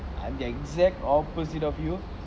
I'm the exact opposite of you